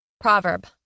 Proverb